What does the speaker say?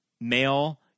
male